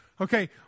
okay